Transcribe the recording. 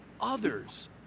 others